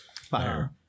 Fire